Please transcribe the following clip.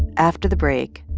after the break,